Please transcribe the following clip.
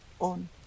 on